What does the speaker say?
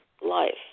life